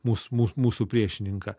mus mu mūsų priešininką